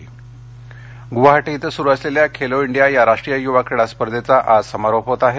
Khelo India Guwahati इथं सुरु असलेल्या खेलो इंडिया या राष्ट्रीय युवा क्रीडा स्पर्धेचा आज समारोप होत आहे